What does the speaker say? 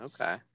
Okay